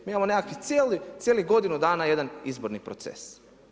Mi imamo nekakvih cijelih godinu dana jedan izborni proces.